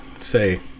say